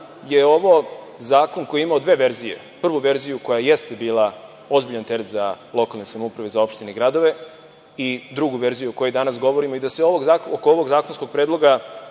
je ovo zakon koji je imao dve verzije. Prvu verziju koja jeste bila ozbiljan teret za lokalne samouprave, za opštine i gradove, i drugu verziju o kojoj danas govorimo i da se oko ovog zakonskog predloga